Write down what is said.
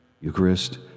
Eucharist